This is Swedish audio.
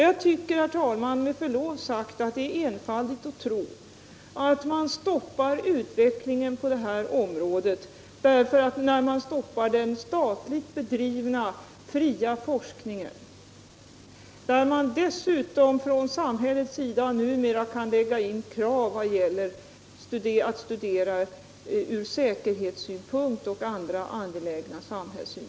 Jag tycker, herr talman, med förlov sagt att det är enfaldigt att tro att man stoppar utvecklingen på detta område därför att man stoppar den statligt bedrivna fria forskningen, när man dessutom från samhällets sida numera kan lägga in krav ur säkerhetssynpunkt och andra angelägna samhällsmål.